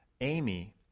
Amy